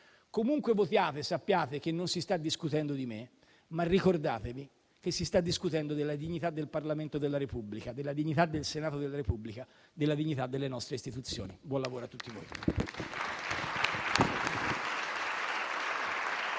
Comunque votiate, sappiate che non si sta discutendo di me, ma ricordatevi che si sta discutendo della dignità del Parlamento della Repubblica, della dignità del Senato della Repubblica, della dignità delle nostre istituzioni. Buon lavoro a tutti voi.